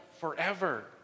forever